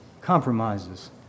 compromises